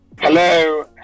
Hello